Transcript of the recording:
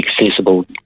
accessible